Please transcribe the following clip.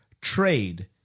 trade